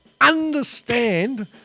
understand